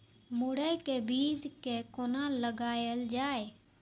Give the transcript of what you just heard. मुरे के बीज कै कोना लगायल जाय?